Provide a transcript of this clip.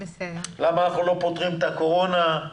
למה אנחנו לא פותרים את הקורונה,